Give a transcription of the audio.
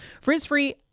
Frizz-free